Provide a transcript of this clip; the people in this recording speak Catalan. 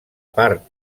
part